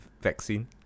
vaccine